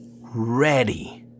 ready